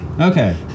Okay